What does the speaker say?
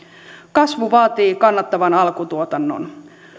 kasvu vaatii kannattavan alkutuotannon